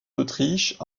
autriche